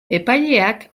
epaileak